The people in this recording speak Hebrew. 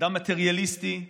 אדם מטריאליסטי,